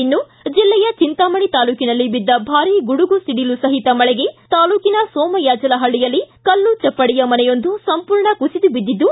ಇನ್ನು ಜಿಲ್ಲೆಯ ಚಿಂತಾಮಣಿ ತಾಲೂಕಿನಲ್ಲಿ ಬಿದ್ದ ಭಾರಿ ಗುಡುಗು ಸಿಡಿಲು ಸಹಿತ ಮಳೆಗೆ ತಾಲೂಕಿನ ಸೋಮಯಾಜಲ ಹಳ್ಳಿಯಲ್ಲಿ ಕಲ್ಲು ಚಪ್ಪಡಿಯ ಮನೆಯೊಂದು ಸಂಪೂರ್ಣ ಕುಸಿದು ಬಿದ್ದಿದ್ದು